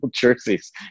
jerseys